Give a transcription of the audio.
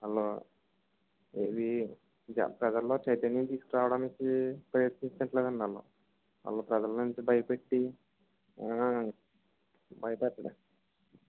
వాళ్ళు ఇవి ప్రజల్లో చైతన్యం తీసుకురావడానికి ప్రయత్నించట్లేదండి వాళ్ళు ఆళ్ళు ప్రజల్ని భయపెట్టి భయపెట్ట